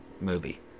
movie